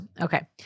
Okay